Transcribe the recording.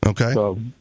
Okay